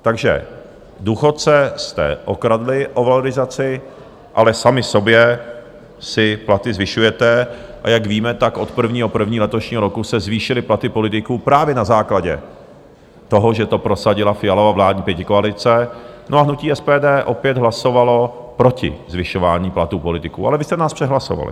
Takže důchodce jste okradli o valorizaci, ale sami sobě si platy zvyšujete, a jak víme, od 1. 1. letošního roku se zvýšily platy politiků právě na základě toho, že to prosadila Fialova vládní pětikoalice, a hnutí SPD opět hlasovalo proti zvyšování platů politiků, ale vy jste nás přehlasovali.